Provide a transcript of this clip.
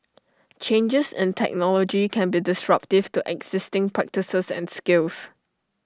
changes in technology can be disruptive to existing practices and skills